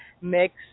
mix